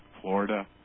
Florida